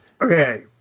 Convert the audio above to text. Okay